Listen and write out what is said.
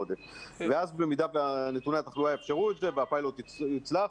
ואז במידה ונתוני התחלואה יאפשרו את זה והפיילוט יצלח,